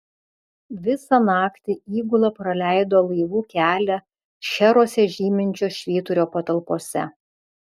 visą naktį įgula praleido laivų kelią šcheruose žyminčio švyturio patalpose